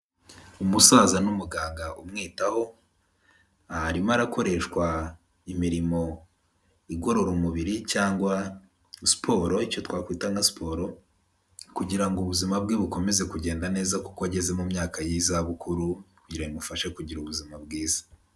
Umusaza n'umuganga umwitaho, arimo arakoreshwa imirimo igorora umubiri cyangwa siporo, icyo twakwita nka siporo, kugira ngo ubuzima bwe bukomeze kugenda neza kuko ageze mu myaka y'izabukuru, kugira ngo bimufashe kugira ubuzima bwiza.